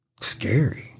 scary